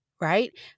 right